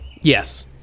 Yes